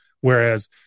whereas